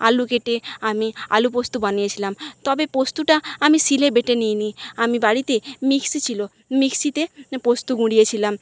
আলু কেটে আমি আলু পোস্ত বানিয়েছিলাম তবে পোস্তটা আমি শীলে বেটে নিই নি আমি বাড়িতে মিক্সি ছিলো মিক্সিতে পোস্ত গুঁড়িয়ে ছিলাম